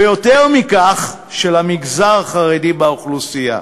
ויותר מכך של המגזר החרדי באוכלוסייה"